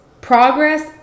progress